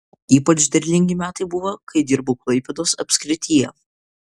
ypač derlingi metai buvo kai dirbau klaipėdos apskrityje